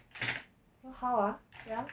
so how ah ya